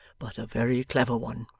but a very clever one